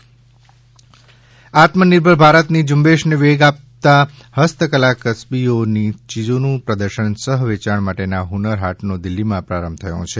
હ્જજજ ર હાટ આત્મનિર્ભર ભારતની ઝૂંબેશને વેગ આપવા હસ્તકલા કસબીઓની ચીજોના પ્રદર્શન સહવેચાણ માટેના હુન્નર હાટનો દિલ્હીમાં આરંભ થયો છે